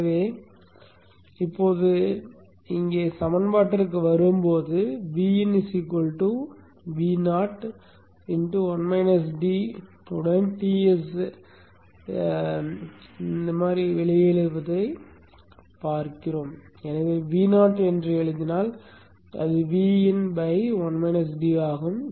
எனவே இப்போது இங்கே சமன்பாட்டிற்கு வரும்போது Vin Vo உடன் Ts வெளியேறுவதைக் காண்கிறோம் எனவே Vo என்று எழுதினால் அது Vin ஆகும்